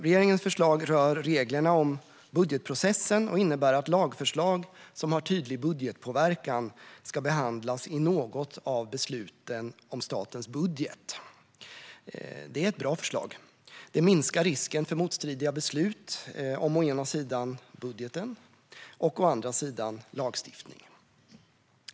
Regeringens förslag rör reglerna om budgetprocessen, och det innebär att lagförslag som har tydlig budgetpåverkan ska behandlas i något av besluten om statens budget. Det är ett bra förslag. Det minskar risken för motstridiga beslut om å ena sidan budgeten och å andra sidan lagstiftningen.